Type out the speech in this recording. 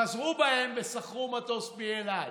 חזרו בהם ושכרו מטוס מאל על,